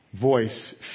voice